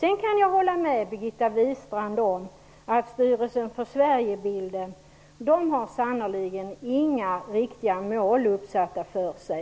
Jag kan till slut hålla med Birgitta Wistrand om att Styrelsen för Sverigebilden sannerligen inte har några riktiga mål uppsatta för sig.